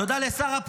הפרוצדורה,